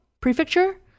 prefecture